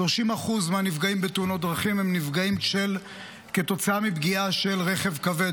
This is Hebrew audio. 30% מהנפגעים בתאונות דרכים הם נפגעים כתוצאה מפגיעה של רכב כבד,